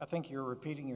i think you're repeating